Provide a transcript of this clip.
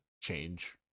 change